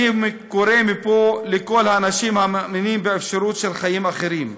אני קורא מפה לכל האנשים המאמינים באפשרות של חיים אחרים,